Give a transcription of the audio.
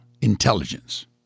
Intelligence